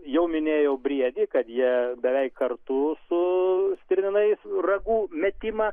jau minėjau briedį kad jie beveik kartu su stirninais ragų metimą